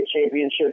championship